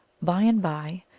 by and by,